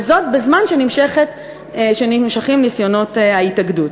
וזה בזמן שנמשכים ניסיונות ההתאגדות.